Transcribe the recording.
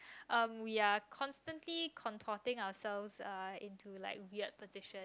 um we are consistency contorting ourselves uh into like weird position